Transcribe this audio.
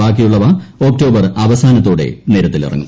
ബാക്കിയുള്ളവ ഒക്ടോബർ അവസാനത്തോടെ നിരത്തിലിറങ്ങും